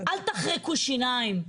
אל תחרקו שיניים.